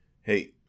Hey